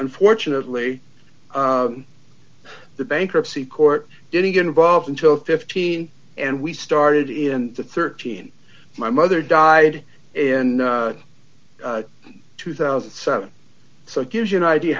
unfortunately the bankruptcy court didn't get involved until fifteen and we started in the thirteen my mother died in two thousand and seven so it gives you an idea